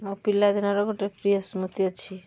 ମୋ ପିଲାଦିନର ଗୋଟେ ପ୍ରିୟ ସ୍ମୃତି ଅଛି